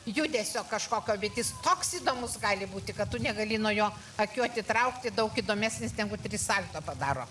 judesio kažkokio bet jis toks įdomus gali būti kad tu negali nuo jo akių atitraukti daug įdomesnis negu tris salto padaro